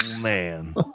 man